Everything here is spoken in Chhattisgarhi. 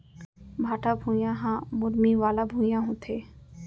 भाठा भुइयां ह मुरमी वाला भुइयां होथे